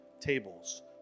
tables